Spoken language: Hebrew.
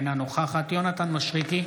אינה נוכחת יונתן מישרקי,